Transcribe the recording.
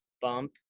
bump